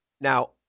now